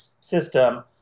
system